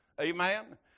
Amen